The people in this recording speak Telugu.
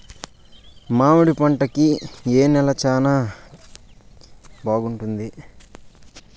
మామిడి పంట కి ఏ నేల చానా బాగుంటుంది